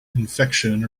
infection